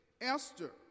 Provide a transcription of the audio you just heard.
Esther